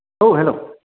औ हेलौ